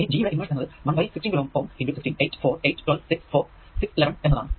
ഇനി G യുടെ inverse എന്നത് 1 ബൈ 16 kΩ × 16 8 4 8 12 6 4 6 11 എന്നതാണ്